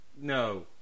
no